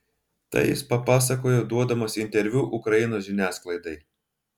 tai jis papasakojo duodamas interviu ukrainos žiniasklaidai